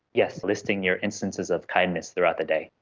yes, listing your instances of kindness throughout the day.